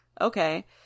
Okay